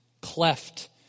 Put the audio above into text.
cleft